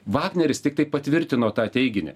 vagneris tiktai patvirtino tą teiginį